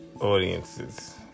audiences